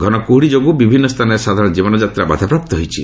ଘନକୁହୁଡ଼ି ଯୋଗୁଁ ବିଭିନ୍ନ ସ୍ଥାନରେ ସାଧାରଣ ଜୀବନଯାତ୍ରା ବାଧାପ୍ରାପ୍ତ ହୋଇଛି